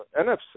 NFC